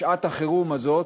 בשעת החירום הזאת,